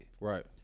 Right